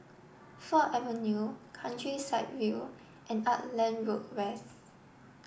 Ford Avenue Countryside View and Auckland Road West